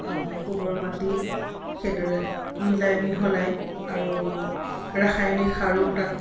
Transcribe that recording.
গোবৰ মাটি সেইদৰে মিলাই মিহলাই আৰু ৰাসায়নিক সাৰো তাত